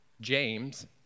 James